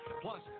Plus